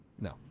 No